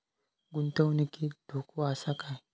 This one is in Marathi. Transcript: गुंतवणुकीत धोको आसा काय?